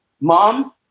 mom